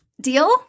Deal